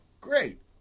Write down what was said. Great